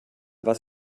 was